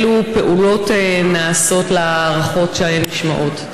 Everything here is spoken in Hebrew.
2. אילו פעולות נעשות על סמך ההערכות הנשמעות?